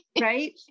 Right